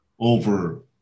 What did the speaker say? over